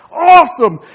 Awesome